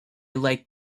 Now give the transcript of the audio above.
liked